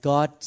God